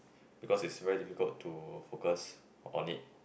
because it's difficult to focus on it